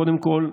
קודם כול,